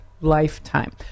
lifetime